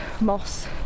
moss